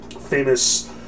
famous